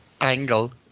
angle